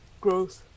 growth